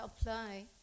apply